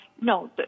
No